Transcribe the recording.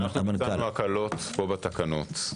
ביצענו הקלות בתקנות פה,